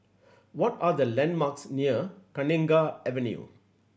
what are the landmarks near Kenanga Avenue